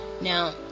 Now